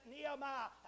Nehemiah